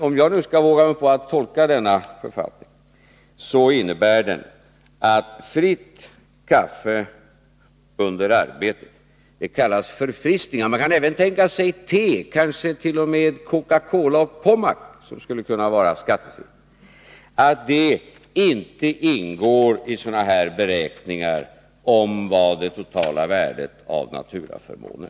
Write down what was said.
Om jag nu skall våga mig på att tolka denna författning, finner jag att den har följande innebörd: Fritt kaffe under arbetet kallas förfriskning — man kan även tänka sig att te och kansket.o.m. Coca-Cola och Pommac skulle kunna vara skattefritt — och ingår inte i sådana här beräkningar av det totala värdet av naturaförmåner.